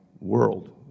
world